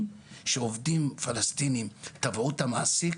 שעובדים פלסטינים תבעו את המעסיק,